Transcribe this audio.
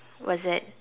what's that